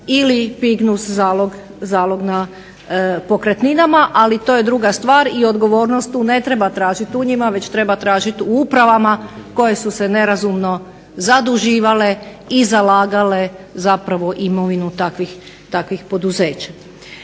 ili fignus zalog na pokretninama. Ali to je druga stvar i odgovornost tu ne treba tražiti u njima, već treba tražiti u upravama koje su se nerazumno zaduživale i zalagale zapravo imovinu takvih poduzeća.